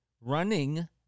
running